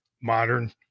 modern